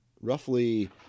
roughly